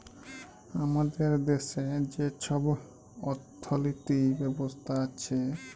আমাদের দ্যাশে যে ছব অথ্থলিতি ব্যবস্থা আছে